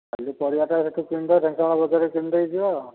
ଖାଲି ପରିବାଟା ସେଠୁ କିଣି ଦେବା ଢେଙ୍କାନାଳ ବଜାରରେ କିଣି ଦେଇକି ଯିବା